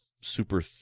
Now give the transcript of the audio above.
super